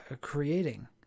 creating